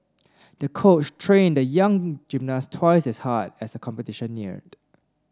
the coach trained the young gymnast twice as hard as the competition neared